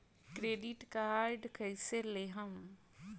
Credit card कईसे लेहम?